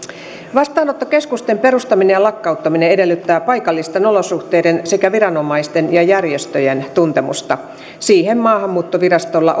vastaanottokeskusten perustaminen ja lakkauttaminen edellyttää paikallisten olosuhteiden sekä viranomaisten ja järjestöjen tuntemusta siihen maahanmuuttovirastolla